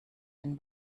den